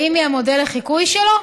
האם היא המודל לחיקוי שלו?